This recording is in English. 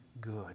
good